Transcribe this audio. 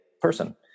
person